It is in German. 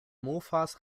mofas